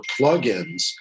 plugins